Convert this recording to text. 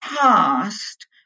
past